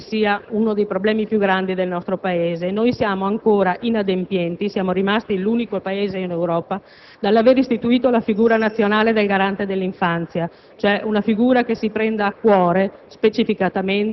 questo sia uno dei problemi più grandi del nostro Paese: siamo ancora inadempienti, siamo rimasti l'unico Paese in Europa a non aver istituito la figura nazionale del garante dell'infanzia, cioè una figura che si prenda a cuore